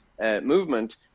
movement